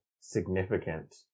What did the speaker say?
significant